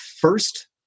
first